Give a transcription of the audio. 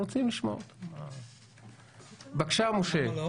במפעל הזה עובדים כבר קרוב ל-60 שנה.